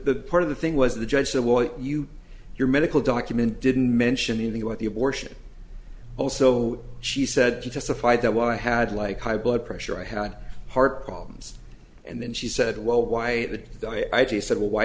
that part of the thing was the judge said well you your medical document didn't mention anything about the abortion also she said she testified that well i had like high blood pressure i had heart problems and then she said well why did they i just said well why